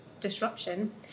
disruption